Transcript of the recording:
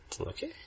Okay